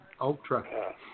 Ultra